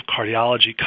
Cardiology